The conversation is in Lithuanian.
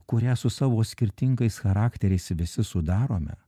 kurią su savo skirtingais charakteriais visi sudarome